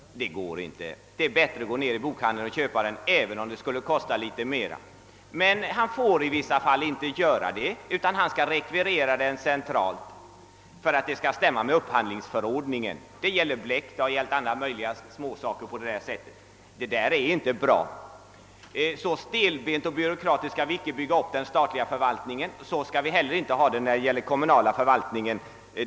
Det får han inte göra. Men det är ju bättre att gå ner till bokhandeln och köpa boken där, även om detta skulle kosta litet mera. Han måste rekvirera den centralt, ty annars stämmer det inte med upphandlingsförordningen. Detsamma gäller för bläck och en del andra småsaker. Sådant system är inte bra. Så stelbent och byråkratiskt skall vi inte bygga upp den statliga förvaltningen, och vi skall inte heller ha det så i den kommunala förvaltningen.